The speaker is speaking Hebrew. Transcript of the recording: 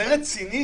זה רציני?